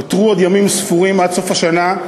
נותרו עוד ימים ספורים עד סוף השנה,